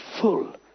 full